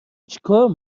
چیکار